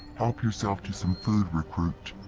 help yourself to some food, recruit.